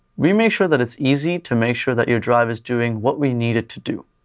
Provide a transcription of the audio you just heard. we make sure that it's easy to make sure that your drive is doing what we needed to do.